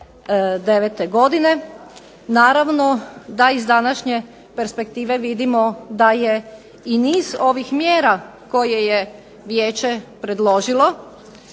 godine. Naravno da iz današnje perspektive vidimo da je i niz ovih mjera koje je Vijeće predložilo